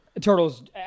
Turtles